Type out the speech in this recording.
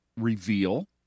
reveal